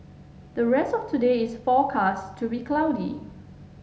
the rest of today is forecast to be cloudy